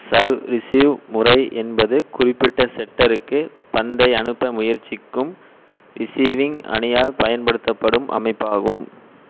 serve receive முறை என்பது குறிப்பிட்ட செட்டருக்கு பந்தை அனுப்ப முயற்சிக்கும் ரிசீவிங் அணியால் பயன்படுத்தப்படும் அமைப்பாகும்